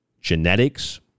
genetics